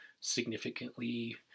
significantly